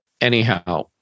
Anyhow